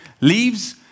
leaves